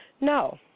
No